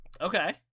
Okay